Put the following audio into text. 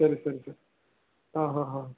ಸರಿ ಸರಿ ಸರಿ ಹಾಂ ಹಾಂ ಹಾಂ